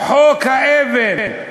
חוק האבן,